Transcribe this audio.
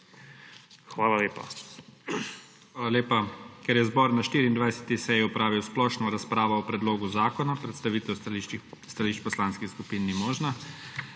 storjeno napako. Ker je zbor na 24. seji opravil splošno razpravo o predlogu zakona, predstavitev stališč poslanskih skupin ni možna.